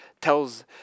tells